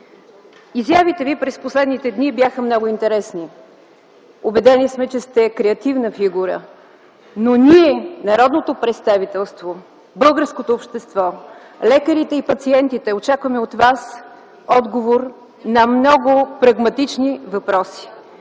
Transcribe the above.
Изявите Ви през последните дни бяха много интересни. Убедени сме, че сте креативна фигура, но ние, народното представителство, българското общество, лекарите и пациентите очакваме от Вас отговори на много прагматични въпроси,